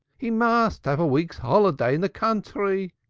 he must have a week's holiday in the country.